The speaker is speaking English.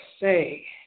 say